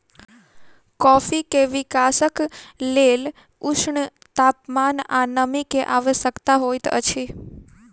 coffee के विकासक लेल ऊष्ण तापमान आ नमी के आवश्यकता होइत अछि